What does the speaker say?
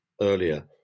earlier